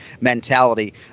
mentality